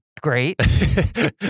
great